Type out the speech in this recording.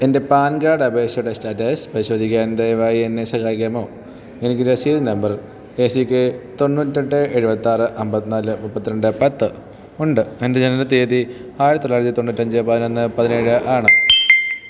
എൻ്റെ PAN card അപേക്ഷയുടെ status പരിശോധിക്കാൻ ദയവായി എന്നെ സഹായിക്കാമോ എനിക്ക് രസീത് നമ്പർ എ സി കെ തൊണ്ണൂറ്റെട്ട് എഴുപത്താറ് അമ്പത്തിനാല് മുപ്പത്തിരണ്ട് പത്ത് ഉണ്ട് എൻ്റെ ജനനത്തീയതി ആയിരത്തി തൊള്ളായിരത്തി തൊണ്ണൂറ്റഞ്ച് പതിനൊന്ന് പതിനേഴ് ആണ്